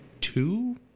two